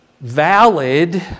valid